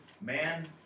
man